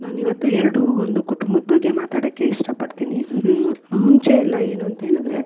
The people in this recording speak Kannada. ನಾನಿವತ್ತು ಎರಡೂ ಒಂದು ಕುಟುಂಬದ ಬಗ್ಗೆ ಮಾತಾಡೋಕ್ಕೆ ಇಷ್ಟ ಪಡ್ತೀನಿ ಮುಂಚೆ ಎಲ್ಲ ಏನಂಥೇಳಿದರೆ